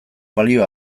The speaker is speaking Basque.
balio